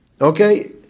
Okay